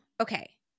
okay